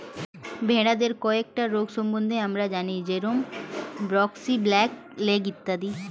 ভেড়াদের কয়েকটা রোগ সম্বন্ধে আমরা জানি যেরম ব্র্যাক্সি, ব্ল্যাক লেগ ইত্যাদি